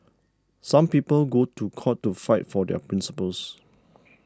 some people go to court to fight for their principles